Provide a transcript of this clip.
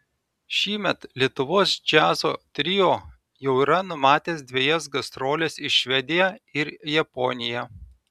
šįmet lietuvos džiazo trio jau yra numatęs dvejas gastroles į švediją ir japoniją